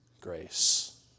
grace